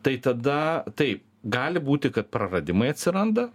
tai tada taip gali būti kad praradimai atsiranda